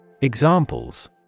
Examples